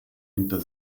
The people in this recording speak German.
hinter